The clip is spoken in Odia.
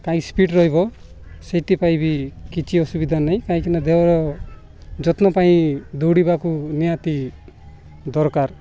କାଇଁ ସ୍ପିଡ଼ ରହିବ ସେଇଥିପାଇଁ ବି କିଛି ଅସୁବିଧା ନାହିଁ କାହିଁକିନା ଦେହ ଯତ୍ନ ପାଇଁ ଦୌଡ଼ିବାକୁ ନିହାତି ଦରକାର